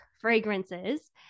fragrances